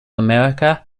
america